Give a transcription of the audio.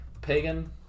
pagan